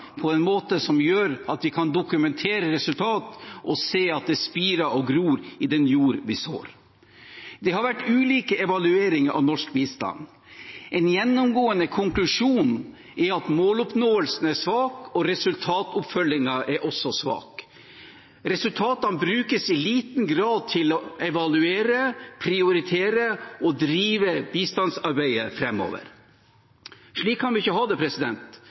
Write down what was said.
på en måte som gjør at vi kan dokumentere resultat og se at det spirer og gror i den jord vi sår. Det har vært ulike evalueringer av norsk bistand. En gjennomgående konklusjon er at måloppnåelsen er svak, og resultatoppfølgingen er også svak. Resultatene brukes i liten grad til å evaluere, prioritere og drive bistandsarbeidet framover. Slik kan vi ikke ha det.